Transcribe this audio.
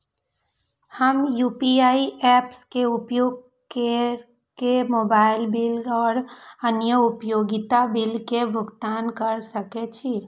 हम UPI apps के उपयोग केर के मोबाइल बिल और अन्य उपयोगिता बिल के भुगतान केर सके छी